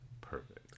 perfect